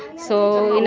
so you know,